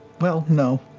well, no,